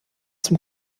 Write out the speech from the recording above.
zum